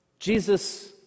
Jesus